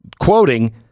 quoting